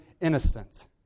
innocent